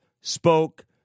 spoke